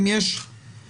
אם יש מקום.